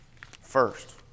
first